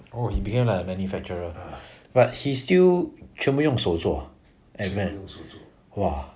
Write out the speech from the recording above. oh he became like a manufacturer but he still 全部用手做 !wah!